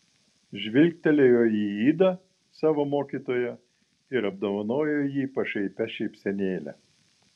žvilgtelėjo į idą savo mokytoją ir apdovanojo jį pašaipia šypsenėle